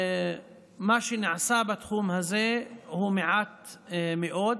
מה שנעשה בתחום הזה הוא מעט מאוד.